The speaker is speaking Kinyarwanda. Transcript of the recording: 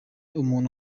umuntu